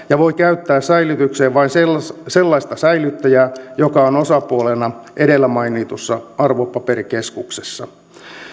ja voi käyttää säilytykseen vain sellaista säilyttäjää joka on osapuolena edellä mainitussa arvopaperikeskuksessa